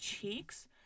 cheeks